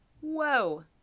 Whoa